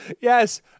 Yes